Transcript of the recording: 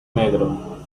negro